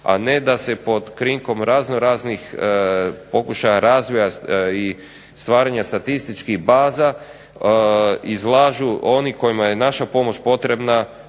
a ne da se pod krinkom raznoraznih pokušaja razvoja i stvaranja statističkih baza izlažu oni kojima je naša pomoć potrebna,